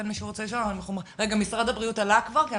אנחנו מחכים למשרד הבריאות.